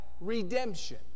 redemption